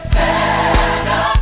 better